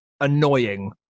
annoying